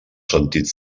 sentit